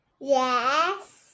Yes